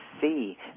see